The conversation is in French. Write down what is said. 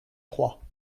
trois